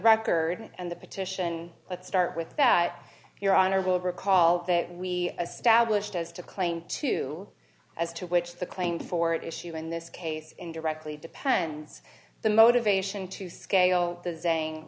record and the petition let's start with that your honor will recall that we a stablished as to claim to as to which the claim for it issue in this case indirectly depends the motivation to scale the saying